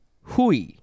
Hui